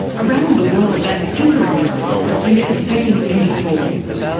around the world, that tinkering with democracy is taking many forms.